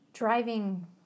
driving